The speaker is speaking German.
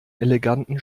eleganten